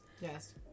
Yes